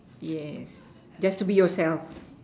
yes just to be yourself